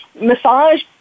massage